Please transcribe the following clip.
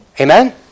Amen